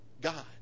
God